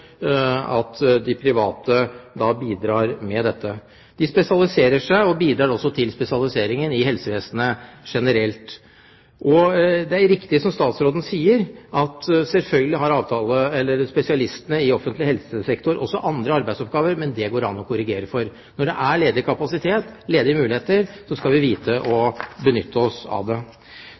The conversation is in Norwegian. at de private bidrar med dette. De spesialiserer seg og bidrar også til spesialiseringen i helsevesenet generelt. Det er riktig som statsråden sier, at selvfølgelig har spesialistene i offentlig helsesektor også andre arbeidsoppgaver, men det går det an å korrigere for. Når det er ledig kapasitet, ledige muligheter, skal vi vite å benytte oss av det.